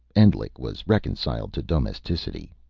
endlich was reconciled to domesticity.